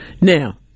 now